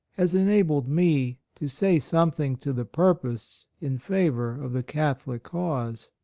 has enabled me to say something to the purpose in favor of the cath olic cause.